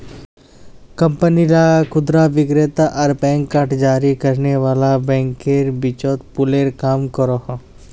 company ला खुदरा विक्रेता आर बैंक कार्ड जारी करने वाला बैंकेर बीचोत पूलेर काम करोहो